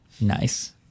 nice